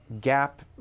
gap